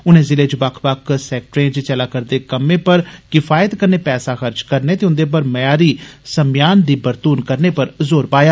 उनें जिले च बक्ख बक्ख सेक्टरें च चलै करदे कम्में पर किफायत कन्नै पैसा खर्च करने ते उन्दे पर म्यारी सम्मयान दी बरतून पर जोर पाया